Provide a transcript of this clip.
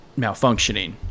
malfunctioning